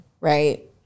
right